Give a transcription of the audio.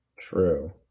True